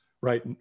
right